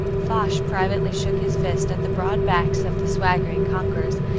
foch privately shook his fist at the broad backs of the swaggering conquerors,